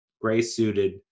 gray-suited